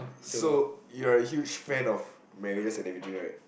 so you're a huge fan of Marriest and everything right